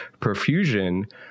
perfusion